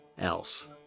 else